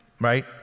right